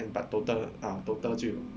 and but total ah total 就